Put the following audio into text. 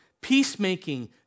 peacemaking